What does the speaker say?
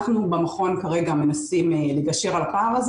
אנחנו במכון כרגע מנסים לגשר על הפער הזה